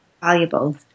valuable